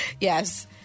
Yes